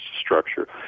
structure